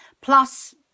plus